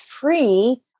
free